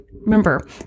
remember